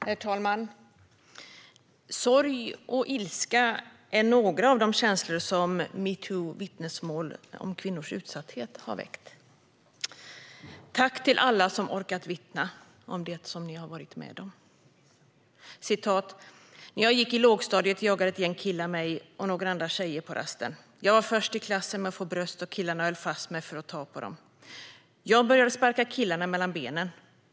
Herr talman! Sorg och ilska är några av de känslor som har väckts genom vittnesmålen om kvinnors utsatthet och metoo. Tack till alla som orkat vittna om det ni har varit med om! "När jag gick i lågstadiet jagade ett gäng killar mig och några andra tjejer på rasten. Jag var först i klassen med att få bröst och killarna höll fast mig för att ta på dom. Jag började sparka killarna mellan benen.